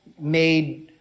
made